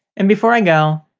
and before i go,